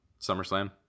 SummerSlam